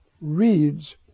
reads